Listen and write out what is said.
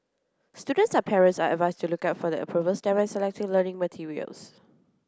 students and parents are advised to look out for the approval stamp when selecting learning materials